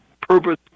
purpose